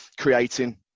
creating